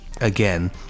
Again